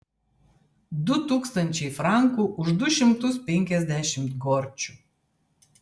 du tūkstančiai frankų už du šimtus penkiasdešimt gorčių